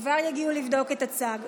כבר יגיעו לבדוק את הצג.